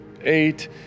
eight